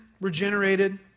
regenerated